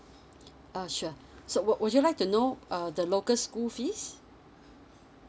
uh sure so would would you like to know uh the local school fees